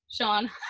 Sean